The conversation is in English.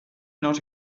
not